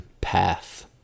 path